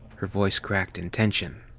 her voice cracked in tension.